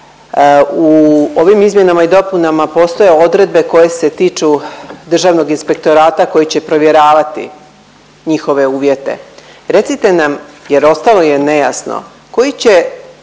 u ovim izmjenama i dopunama postoje odredbe koje se tiču Državnog inspektorata koji će provjeravati njihove uvjete, recite nam jel ostalo je nejasno, koji će